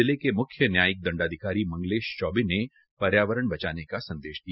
जिले मे मुख्य न्यायिक दंडाधिकारी मंगलेश चौबे ने पर्यावरण बचाने का संदेश दिया